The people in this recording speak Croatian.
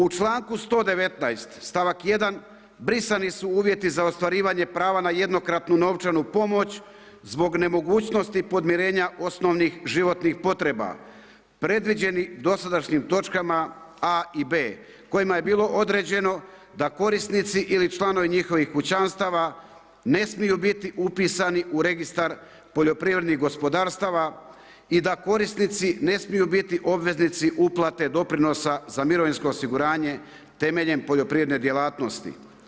U članku 119. stavak 1. brisani su uvjeti za ostvarivanje prava na jednokratnu novčanu pomoć zbog nemogućnosti podmirenja osnovnih životnih potreba predviđeni dosadašnjim točkama a i b kojima je bilo određeno da korisnici ili članovi njihovih kućanstava ne smiju biti upisani u registar poljoprivrednih gospodarstava i da korisnici ne smiju biti obveznici uplate doprinosa za mirovinsko osiguranje temeljem poljoprivredne djelatnosti.